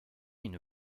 une